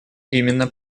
именно